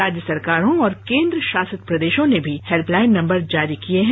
राज्य सरकारों और केंद्रशासित प्रदेशों ने भी हेल्पलाइन नंबर जारी किए हैं